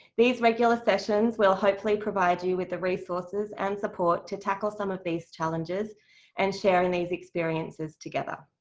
these regular sessions will hopefully provide you with the resources and support to tackle some of these challenges and share in these experiences together.